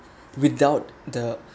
without the